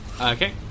Okay